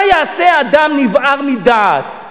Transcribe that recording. מה יעשה אדם נבער מדעת,